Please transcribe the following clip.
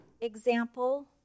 example